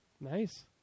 Nice